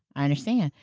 i understand.